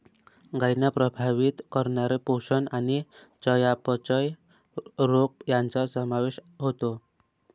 गायींना प्रभावित करणारे पोषण आणि चयापचय रोग यांचा समावेश होतो